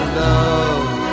love